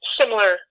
similar